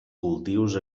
cultius